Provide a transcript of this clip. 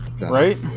Right